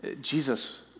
Jesus